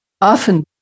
often